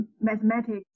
mathematics